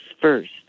first